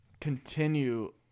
continue